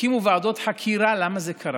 יקימו ועדות חקירה למה זה קרה: